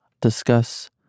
discuss